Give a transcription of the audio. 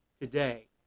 today